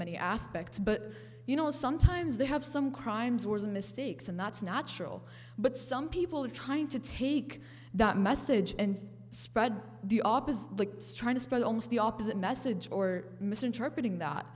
many aspects but you know sometimes they have some crimes were the mistakes and that's natural but some people are trying to take that message and spread the opposite the trying to spread almost the opposite message or misinterpreting that